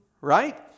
right